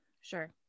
Sure